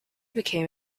became